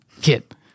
kid